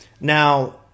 Now